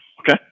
Okay